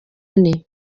ane